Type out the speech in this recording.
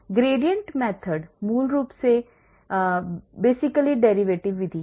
gradient method मूल रूप से basically derivative विधि है